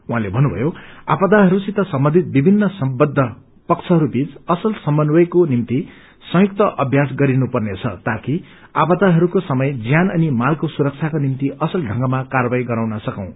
उहाँले भन्नुभएको छ आपदाहरूसित सम्बन्धित विभिन्न सम्बद्ध पक्षहरू बीच असल समन्वयको निजी संयुक्त अम्यास गरिनु पर्नेछ ताकि आपदाहरूको समय ज्यान अनि मालको सुरक्षको निम्ति असल ढ़ंगमा कार्वाही गराउन सकौं